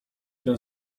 ten